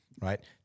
right